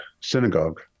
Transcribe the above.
synagogue